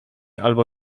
albo